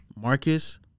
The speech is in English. Marcus